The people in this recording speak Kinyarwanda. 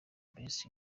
best